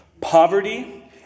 Poverty